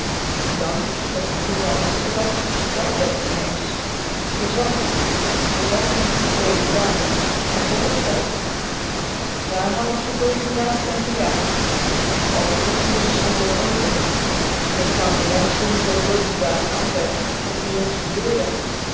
dan of t toeval met ze was zat bets ineens ze zat ze zat in n coupé dames en vol-op tijd daar hadden ze voor gedraafd en gejaagd al de portieren stonden open d'r kwammen menschen zoo doodbedaard anzetten of d'r niks gebeurde